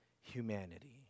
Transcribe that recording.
humanity